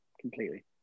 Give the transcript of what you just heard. completely